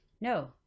no